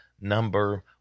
number